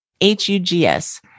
H-U-G-S